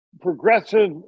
progressive